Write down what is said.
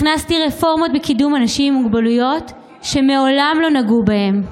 הכנסתי רפורמות בקידום אנשים עם מוגבלויות שמעולם לא נגעו בהן.